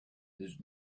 his